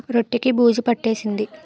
రొట్టె కి బూజు పట్టేసింది